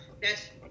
that's-